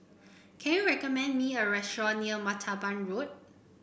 can you recommend me a restaurant near Martaban Road